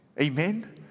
Amen